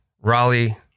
Raleigh